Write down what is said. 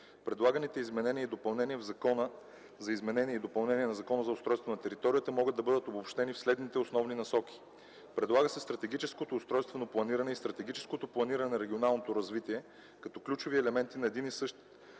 в Закона за изменение и допълнение на Закона за устройство на територията могат да бъдат обобщени в следните основни насоки: Предлага се стратегическото устройствено планиране и стратегическото планиране на регионалното развитие като ключови елементи на един и същ